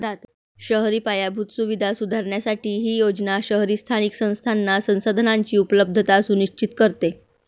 शहरी पायाभूत सुविधा सुधारण्यासाठी ही योजना शहरी स्थानिक संस्थांना संसाधनांची उपलब्धता सुनिश्चित करते